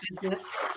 business